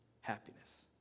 happiness